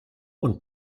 und